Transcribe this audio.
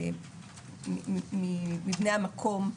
מבני המקום.